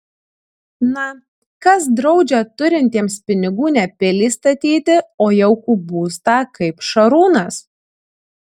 na kas draudžia turintiems pinigų ne pilį statyti o jaukų būstą kaip šarūnas